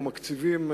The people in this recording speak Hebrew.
או מקציבים,